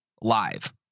live